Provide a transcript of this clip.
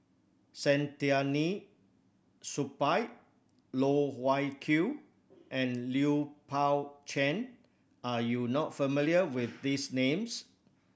Saktiandi Supaat Loh Wai Kiew and Lui Pao Chuen are you not familiar with these names